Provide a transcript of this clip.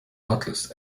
outlets